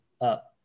up